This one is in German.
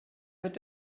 wird